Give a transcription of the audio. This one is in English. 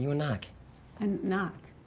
knock and knock?